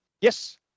Yes